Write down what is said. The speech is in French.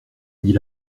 dit